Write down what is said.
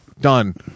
done